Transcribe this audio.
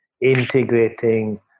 integrating